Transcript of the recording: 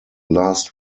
last